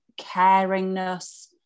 caringness